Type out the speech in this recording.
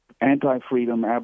anti-freedom